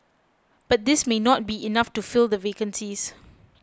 but this may not be enough to fill the vacancies